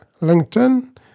LinkedIn